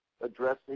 addressing